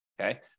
okay